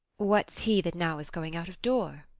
what's he that now is going out of door?